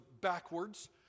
backwards